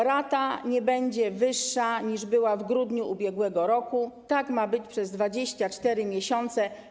Rata nie będzie wyższa, niż była w grudniu ub.r., tak ma być przez 24 miesiące.